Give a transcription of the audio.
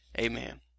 Amen